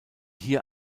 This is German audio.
hier